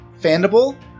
fandible